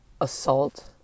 assault